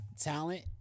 talent